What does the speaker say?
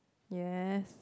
yes